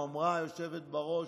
אמרה היושבת בראש